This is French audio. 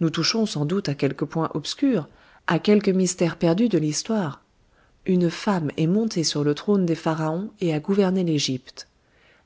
nous touchons sans doute à quelque point obscur à quelque mystère perdu de l'histoire une femme est montée sur le trône des pharaons et a gouverné l'égypte